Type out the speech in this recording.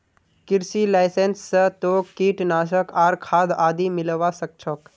कृषि लाइसेंस स तोक कीटनाशक आर खाद आदि मिलवा सख छोक